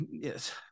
yes